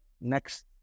next